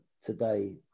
today